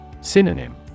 Synonym